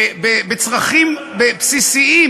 בצרכים בסיסיים,